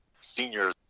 Senior